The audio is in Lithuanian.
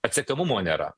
atsekamumo nėra